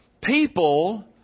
People